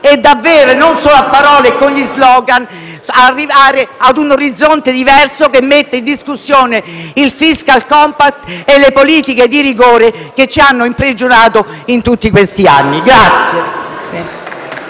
sfida, non solo a parole e con gli *slogan*, ed arrivare ad un orizzonte diverso, che metta in discussione il *fiscal compact* e le politiche di rigore che ci hanno imprigionato in tutti questi anni.